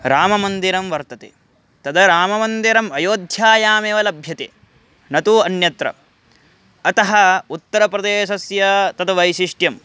राममन्दिरं वर्तते तदा राममन्दिरम् अयोध्यायामेव लभ्यते न तु अन्यत्र अतः उत्तरप्रदेशस्य तत् वैशिष्ट्यं